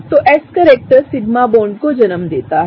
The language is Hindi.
तो s करैक्टर सिग्मा बॉन्ड को जन्म देता है